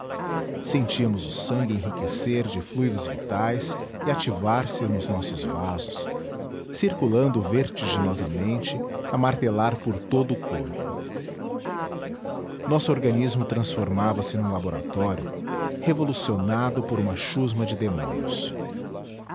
sentíamos o sangue enriquecer de fluídos vitais e ativar se nos nossos vasos circulando vertiginosamente a martelar por todo o corpo nosso organismo transformavase num laboratório revolucionado por uma chusma de demônios